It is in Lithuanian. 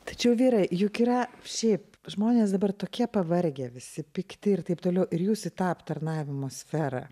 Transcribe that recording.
tačiau vyrai juk yra šiaip žmonės dabar tokie pavargę visi pikti ir taip toliau ir jūs tą aptarnavimo sferą